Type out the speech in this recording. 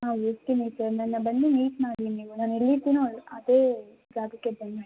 ಹಾಂ ಇರ್ತೀನಿ ಸರ್ ನನ್ನ ಬನ್ನಿ ಮೀಟ್ ಮಾಡಿ ನೀವು ನಾನು ಎಲ್ಲಿರ್ತೀನೋ ಅಲ್ಲಿ ಅದೇ ಜಾಗಕ್ಕೆ ಬನ್ನಿ